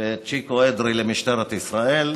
וצ'יקו אדרי, למשטרת ישראל.